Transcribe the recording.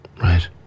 Right